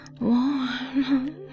Warm